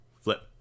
Flip